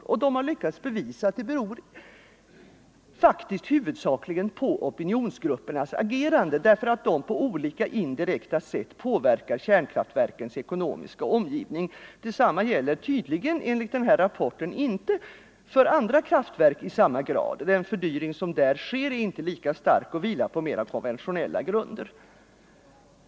Forskarna har lyckats bevisa att det faktiskt huvudsakligen beror på opinionsgruppernas agerande, vilket på olika indirekta sätt påverkar kärnkraftverkens ekonomiska omgivning. Detsamma gäller tydligen inte för andra kraftverk. Den fördyring som där sker är inte lika stark och vilar på mer konventionella grunder.